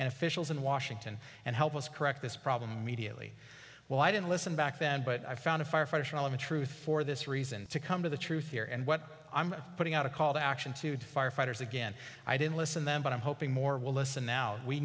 and officials in washington and help us correct this problem mediately well i didn't listen back then but i found a firefighter tional of the truth for this reason to come to the truth here and what i'm putting out a call to action to firefighters again i didn't listen then but i'm hoping more will listen now we